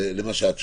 לבין מה שאת שואלת.